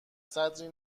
سطری